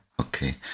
Okay